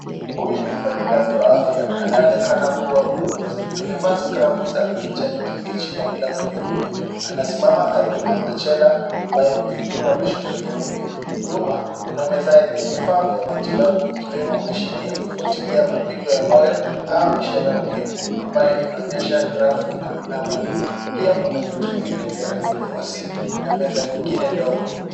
Huyu ni mfanyakazi wa afya anayeonekana kuwa muuguzi. Amevaa skrabu za kijani kibichi na glavu nyeupe. Anasimama karibu na machela ambayo imefunikwa na shuka nyeupe. Nyuma, kuna meza yenye vifaa vya matibabu ikiwemo mashine ya kufuatilia mapigo ya moyo au ishara muhimu ambayo inaonyesha grafu na namba. Pia kuna viti viwili vya rangi nyeusi na meza nyingine ndogo.